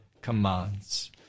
commands